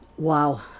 wow